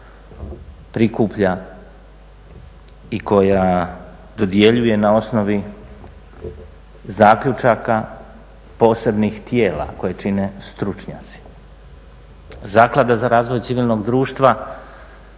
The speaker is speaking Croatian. prikuplja i koja dodjeljuje na osnovi zaključaka posebnih tijela koje čine stručnjaci. Zaklada za razvoj civilnog društva,